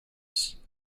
lose